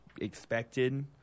expected